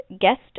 guest